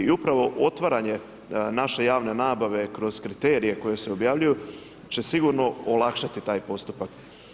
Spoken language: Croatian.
I upravo otvaranje naše javne nabave kroz kriterije koji se objavljuju će sigurno olakšati taj postupak.